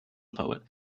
poet